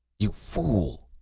you fool,